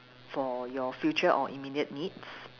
for your future or immediate needs